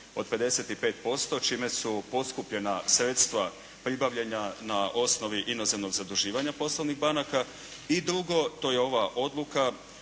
od 55%, čime su poskupljena sredstva pribavljena na osnovi inozemnog zaduživanja poslovnih banaka. I drugo, to je ova Odluka